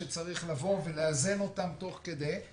שצריך ליישר את הקו ולאזן תוך כדי,